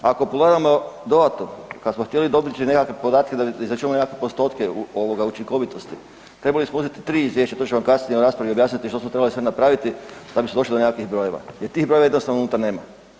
Ako pogledamo dodatno, kad smo htjeli dobiti nekakve podatke da bi izračunali nekakve postotke o učinkovitosti, trebali smo uzeti 3 izvješća, to ću vam kasnije u raspravi objasniti što smo trebali sve napraviti da si se došlo do nekakvih brojeva jer tih brojeva jednostavno unutra nema.